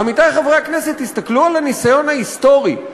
עמיתי חברי הכנסת, תסתכלו על הניסיון ההיסטורי.